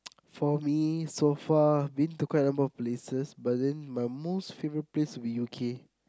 for me so far I've been to quite a lot of places but then my most favourite place would be you K